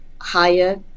higher